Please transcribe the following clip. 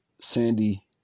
Sandy